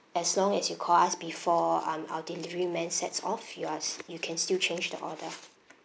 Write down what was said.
as long as you call us before um our delivery man sets off you are s~ you can still change the order